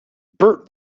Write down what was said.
bert